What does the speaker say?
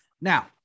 now